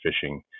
fishing